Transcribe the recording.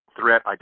Threat